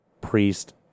priest